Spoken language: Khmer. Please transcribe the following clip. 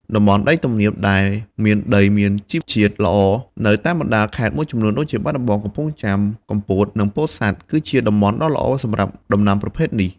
តំបន់ដីទំនាបដែលមានដីមានជីជាតិល្អនៅតាមបណ្ដាខេត្តមួយចំនួនដូចជា បាត់ដំបង កំពង់ចាម កំពត និងពោធិ៍សាត់ គឺជាតំបន់ដ៏ល្អសម្រាប់ដំណាំប្រភេទនេះ។